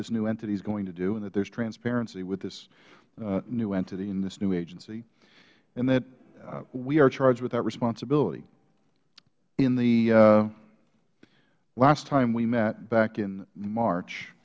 this new entity is going to do and that there's transparency with this new entity and this new agency and that we are charged with that responsibility in the last time we met back in march